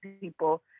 people